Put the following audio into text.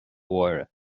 mháire